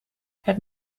het